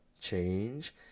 change